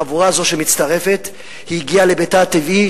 החבורה הזאת שמצטרפת הגיעה לביתה הטבעי,